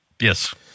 Yes